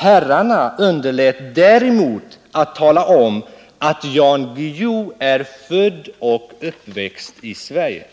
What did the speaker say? Herrarna underlät däremot att tala om att Jan Guillou är född och uppväxt i Sverige.